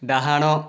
ଡାହାଣ